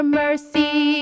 mercy